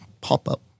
pop-up